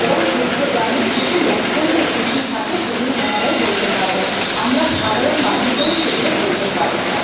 এবং সুস্থ প্রাণীর কিছু লক্ষণ যে কী কী থাকে সেগুলি ওনারাই বলতে পারবেন আমরা সাধারণ মানুষ হয়ে সেগুলো বলতে পারবো না